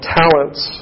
talents